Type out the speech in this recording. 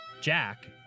Jack